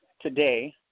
today